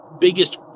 biggest